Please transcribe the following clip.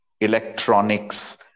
electronics